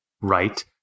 right